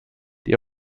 die